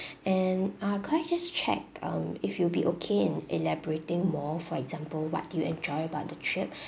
and uh could I just check um if you will be okay in elaborating more for example what you enjoy about the trip